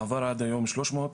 עבר עד היום שלוש מאות